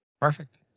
Perfect